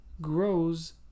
grows